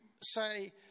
say